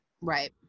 Right